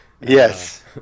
yes